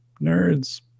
nerds